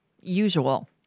usual